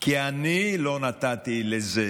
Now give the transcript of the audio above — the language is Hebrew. כי אני לא נתתי לזה,